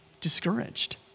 discouraged